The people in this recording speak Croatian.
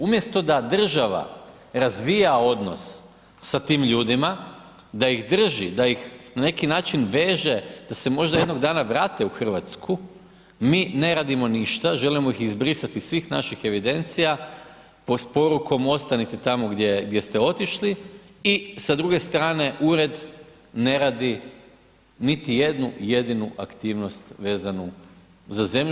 Umjesto da država razvija odnos sa tim ljudima, da ih drži, da ih na neki način veže da se možda jednog dana vrate u Hrvatsku, mi ne radimo ništa, želimo ih izbrisati iz svih naših evidencija sa porukom ostanite tamo gdje ste otišli i s druge strane ured ne radi niti jednu jedinu aktivnost vezanu za zemlju.